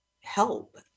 help